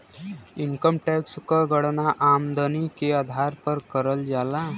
income tax क गणना आमदनी के आधार पर करल जाला